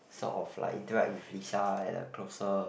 sort of like interact with Lisa at a closer